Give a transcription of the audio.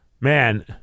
man